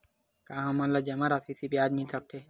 का हमन ला जमा राशि से ब्याज मिल सकथे?